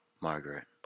Margaret